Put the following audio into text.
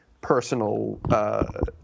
personal